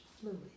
fluid